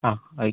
ആയിക്കോട്ടെ